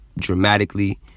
dramatically